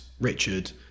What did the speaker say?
Richard